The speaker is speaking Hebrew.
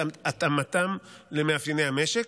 את התאמתם למאפייני המשק,